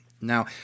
Now